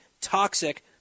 toxic